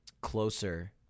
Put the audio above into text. closer